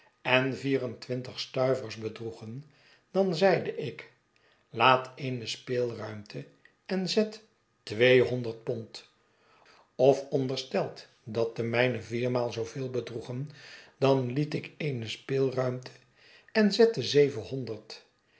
en vier en twintig stuivers bedroegen dan zeide ik laat eene speelruimte en zet tweehonderd pond of ondersteld dat de mijne viermaal zooveel bedroegen dan liet ik eene speelruimte en zette zevenhonderd